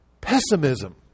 pessimism